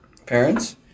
parents